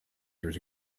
years